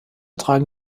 tragen